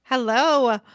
Hello